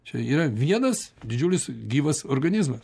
čia yra vienas didžiulis gyvas organizmas